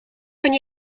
kan